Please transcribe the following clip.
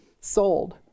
sold